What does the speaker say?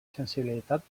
sensibilitat